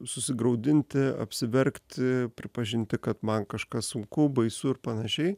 susigraudinti apsiverkti pripažinti kad man kažkas sunku baisu ir panašiai